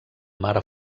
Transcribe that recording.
mar